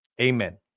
Amen